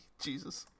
Jesus